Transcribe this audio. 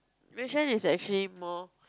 which one is actually more